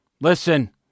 Listen